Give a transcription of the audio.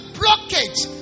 blockage